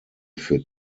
für